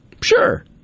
sure